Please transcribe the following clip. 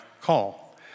call